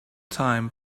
time